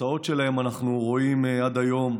התוצאות שלהם אנחנו רואים עד היום,